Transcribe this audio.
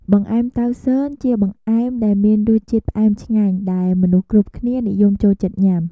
បង្អែមតៅស៊ន ជាបង្អែមដែលមានរសជាតិផ្អែមឆ្ងាញ់ដែលមនុស្សគ្រប់គ្នានិយមចូលចិត្តញុំា។